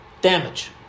Damage